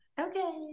Okay